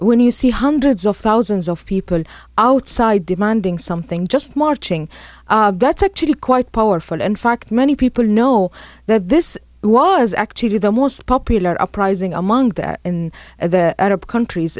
when you see hundreds of thousands of people outside demanding something just marching that's actually quite powerful in fact many people know that this was actually the most popular uprising among that in the arab countries